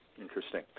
Interesting